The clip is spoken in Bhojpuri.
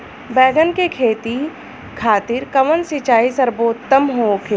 बैगन के खेती खातिर कवन सिचाई सर्वोतम होखेला?